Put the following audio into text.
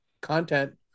content